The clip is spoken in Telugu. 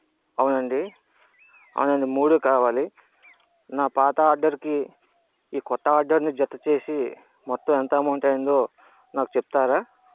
అవునండి అవునండి మూడు కావాలి నా పాత ఆర్డర్కి ఈ కొత్త ఆర్డర్ను జత చేసి మొత్తం ఎంత అమౌంట్ అయిందో నాకు చెప్తారా